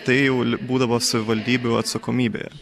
tai jau būdavo savivaldybių atsakomybė